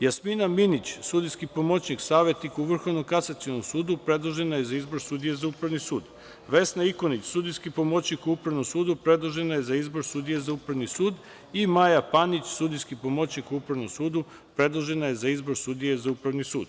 Jasmina Minić, sudijski pomoćnik, savetnik u Vrhovnom kasacionom sudu, predložena je za izbor sudije za Upravni sud; Vesna Ikonić, sudijski pomoćnik u Upravnom sudu predložena je za izbor sudije za Upravi sud i Maja Panić, sudijski pomoćnik u Upravnom sudu, predložena je za izbor sudije za Upravni sud.